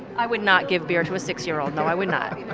i would not give beer to a six year old. no, i would not